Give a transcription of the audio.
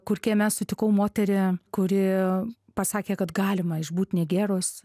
kur kieme sutikau moterį kuri pasakė kad galima išbūt negėrus